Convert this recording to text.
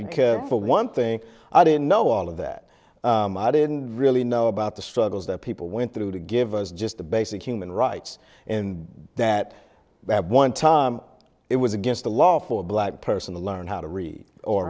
because for one thing i didn't know all of that i didn't really know about the struggles that people went through to give us just the basic human rights and that that one time it was against the law for a black person to learn how to read or